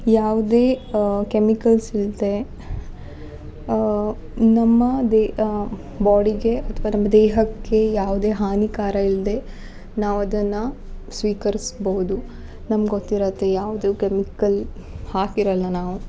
ಯಾವುದೇ ಕೆಮಿಕಲ್ಸ್ ಇಲ್ಲದೇ ನಮ್ಮದೇ ಬಾಡಿಗೆ ಅಥ್ವ ನಮ್ಮ ದೇಹಕ್ಕೆ ಯಾವುದೇ ಹಾನಿಕಾರ ಇಲ್ಲದೇ ನಾವು ಅದನ್ನ ಸ್ವೀಕರ್ಸ್ಬೌದು ನಮ್ಗ ಗೊತ್ತಿರತ್ತೆ ಯಾವುದು ಕೆಮಿಕಲ್ ಹಾಕಿರಲ್ಲ ನಾವು